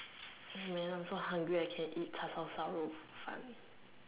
hey man I'm so hungry I can eat 叉烧烧肉饭